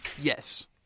Yes